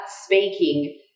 speaking